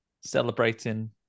Celebrating